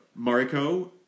Mariko